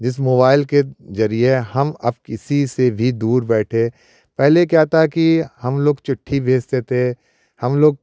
जिस मोबाइल के जरिए हम अब किसी से भी दूर बैठे पहले क्या था की हम लोग चिट्ठी भेजते थे हम लोग